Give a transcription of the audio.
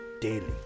Daily